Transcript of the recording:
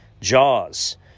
Jaws